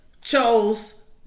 chose